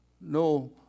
No